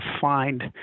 find